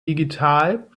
digital